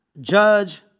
judge